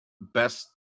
best